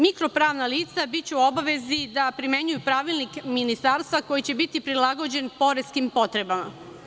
Mikro pravna lica biće u obavezi da primenjuju pravilnik ministarstva, koji će biti prilagođen poreskim potrebama.